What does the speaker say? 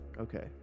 okay